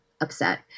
Upset